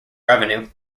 revenues